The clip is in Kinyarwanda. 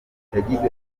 yagize